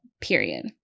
period